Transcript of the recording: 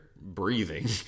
breathing